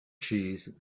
cheese